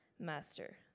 Master